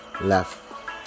left